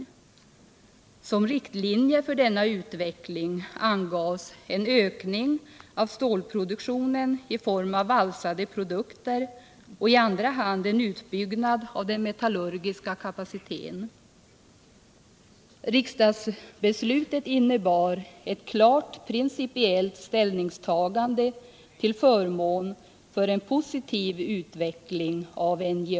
Som riktlinje för denna utveckling angavs en utökning av stålproduktionen i form av valsade produkter och i andra hand en utbyggnad av den metallurgiska kapaciteten. Riksdagsbeslutet innebar ett klart principiellt ställningstagande till förmån för en positiv utveckling av NJA.